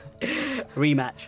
Rematch